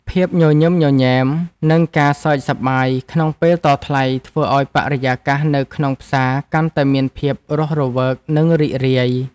ភាពញញឹមញញែម និងការសើចសប្បាយក្នុងពេលតថ្លៃធ្វើឱ្យបរិយាកាសនៅក្នុងផ្សារកាន់តែមានភាពរស់រវើកនិងរីករាយ។